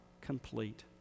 complete